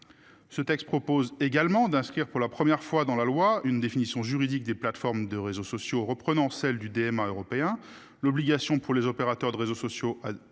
Ce texte propose également d'inscrire pour la première fois dans la loi une définition juridique des plateformes de réseaux sociaux reprenant celle du DMA européen l'obligation pour les opérateurs de réseaux sociaux de diffuser